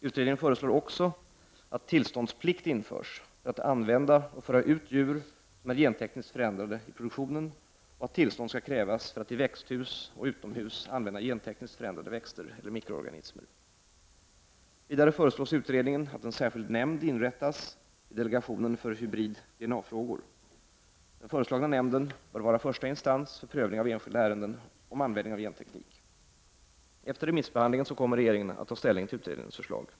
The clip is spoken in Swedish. Utredningen föreslår också att tillståndsplikt införs för att använda och föra ut djur som är gentekniskt förändrade i produktionen och att tillstånd skall krävas för att i växthus och utomhus använda gentekniskt förändrade växter eller mikroorganismer. Vidare föreslås i utredningen att en särskild nämnd inrättas vid delegationen för hybrid-DNA-frågor. Den föreslagna nämnden bör vara första instans för prövning av enskilda ärenden om användning av genteknik. Efter remissbehandlingen kommer regeringen att ta ställning till utredningens förslag.